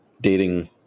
dating